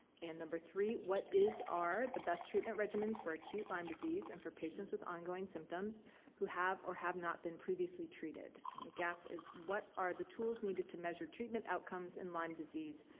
and number three, what is. are the best treatment regimens for acute lyme disease and for patients with ongoing symptoms who have or have not been previously treated? and the gap is, what are the tools needed to measure treatment outcomes in lyme disease,